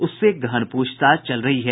उससे गहन पूछताछ चल रही हैं